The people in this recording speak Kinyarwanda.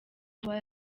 kuba